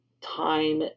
time